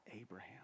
Abraham